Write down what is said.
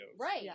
Right